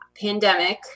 pandemic